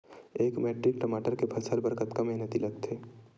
एक मैट्रिक टमाटर के फसल बर कतका मेहनती लगथे?